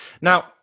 Now